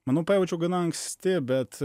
manau pajaučiau gana anksti bet